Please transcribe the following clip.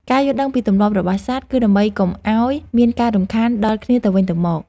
ការយល់ដឹងពីទម្លាប់របស់សត្វ គឺដើម្បីកុំឱ្យមានការរំខានដល់គ្នាទៅវិញទៅមក។